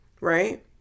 right